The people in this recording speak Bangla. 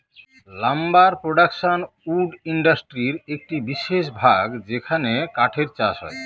লাম্বার প্রডাকশন উড ইন্ডাস্ট্রির একটি বিশেষ ভাগ যেখানে কাঠের চাষ হয়